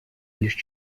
лишь